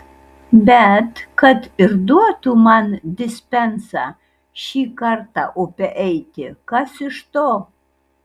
bet kad ir duotų man dispensą šį kartą upe eiti kas iš to